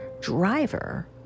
driver